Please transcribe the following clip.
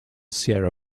sierra